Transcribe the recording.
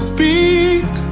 Speak